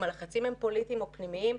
אם הלחצים הם פוליטיים או פנימיים,